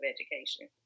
education